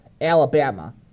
Alabama